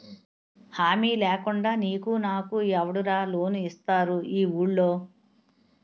హామీ లేకుండా నీకు నాకు ఎవడురా లోన్ ఇస్తారు ఈ వూళ్ళో?